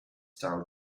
style